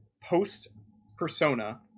post-Persona